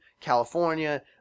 california